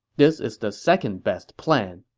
this is the second-best plan.